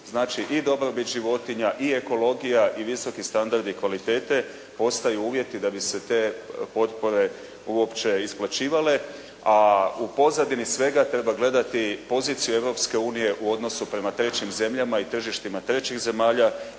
Znači, i dobrobit životinja, i ekologija i visoki standardi i kvalitete postaju uvjeti da bi se te potpore uopće isplaćivale. A u pozadini svega treba gledati poziciju Europske unije u odnosu prema trećim zemljama i tržištima trećih zemalja